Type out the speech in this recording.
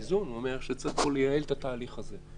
האיזון אומר שצריך לייעל את התהליך הזה.